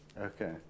Okay